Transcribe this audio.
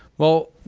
well,